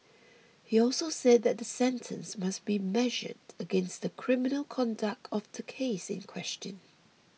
he also said that the sentence must be measured against the criminal conduct of the case in question